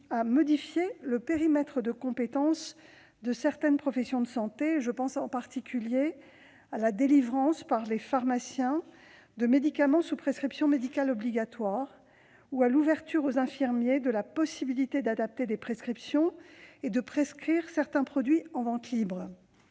à modifier le périmètre de compétences de certaines professions de santé. Je pense en particulier à la délivrance, par les pharmaciens, de médicaments sous prescription médicale obligatoire, et à l'ouverture aux infirmiers de la possibilité d'adapter des prescriptions et de prescrire certains produits en vente libre.